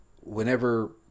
whenever